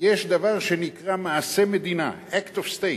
יש דבר שנקרא מעשה מדינה, Act of State,